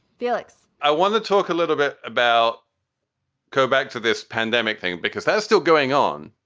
felix, i want to talk a little bit about go back to this pandemic thing, because that's still going on.